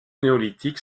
néolithique